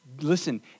Listen